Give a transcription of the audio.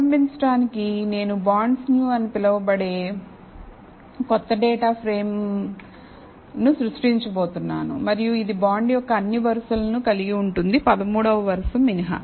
ప్రారంభించడానికి నేను bonds new అని పిలువబడే క్రొత్త డేటా ఫ్రేమ్ను సృష్టించబోతున్నాను మరియు ఇది బాండ్ యొక్క అన్ని వరుసలను కలిగి ఉంటుంది 13 వ వరుస మినహా